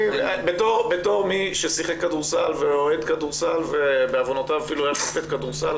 בתור מי ששיחק כדורסל ואוהד כדורסל ובעוונותיו היה אפילו שופט כדורסל,